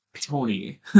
Tony